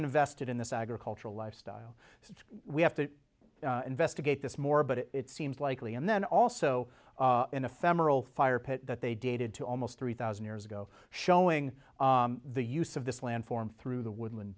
invested in this agricultural lifestyle so we have to investigate this more but it seems likely and then also an ephemeral fire pit that they dated to almost three thousand years ago showing the use of this land form through the woodland